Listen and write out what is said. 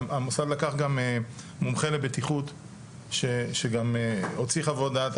המוסד גם לקח מומחה לבטיחות שגם הוציא חוות דעת,